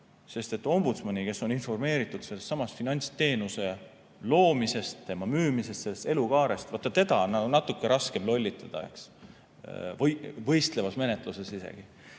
sest ombudsmani, kes on informeeritud sellestsamast finantsteenuse loomisest, tema müümisest, sellest elukaarest, vaat teda on natuke raskem lollitada, võistlevas menetluses isegi.